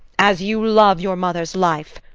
as you love your mother's life,